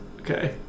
Okay